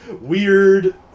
Weird